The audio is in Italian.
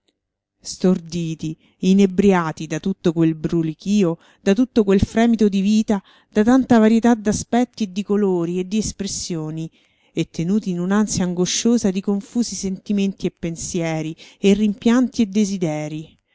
storditi inebriati da tutto quel brulichio da tutto quel fremito di vita da tanta varietà d'aspetti e di colori e di espressioni e tenuti in un'ansia angosciosa di confusi sentimenti e pensieri e rimpianti e desiderii